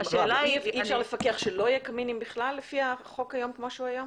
ואי אפשר לפקח שלא יהיו קמינים בכלל לפי החוק כמו שהוא היום?